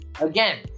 Again